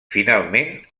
finalment